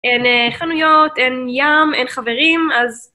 אין חנויות, אין ים, אין חברים, אז...